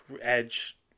Edge